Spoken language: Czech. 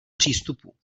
přístupů